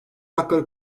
hakları